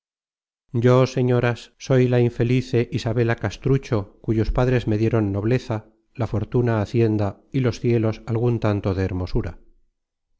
con voz baja y lágrimas en los ojos dijo dres me dieron nobleza la fortuna hacienda y los cielos algun tanto de hermosura